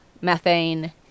methane